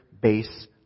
base